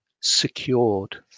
secured